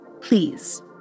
Please